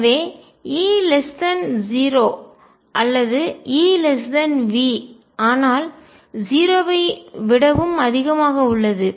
எனவே E 0 அல்லது E V ஆனால் 0 ஐ விடவும் அதிகமாக உள்ளது